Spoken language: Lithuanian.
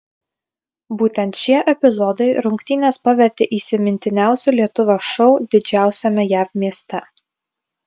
būtent šie epizodai rungtynes pavertė įsimintiniausiu lietuvio šou didžiausiame jav mieste